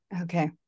Okay